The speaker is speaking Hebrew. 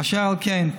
אשר על כן,